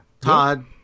Todd